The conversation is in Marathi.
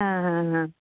हां हां हां